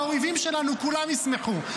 האויבים שלנו, כולם ישמחו.